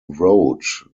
wrote